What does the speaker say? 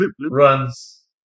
Runs